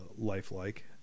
lifelike